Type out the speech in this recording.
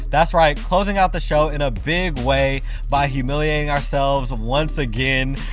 that's right! closing out the show in a big way by humiliating ourselves, once again,